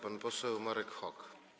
Pan poseł Marek Hok.